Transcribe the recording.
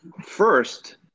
First